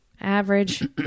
average